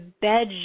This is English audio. bed